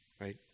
Right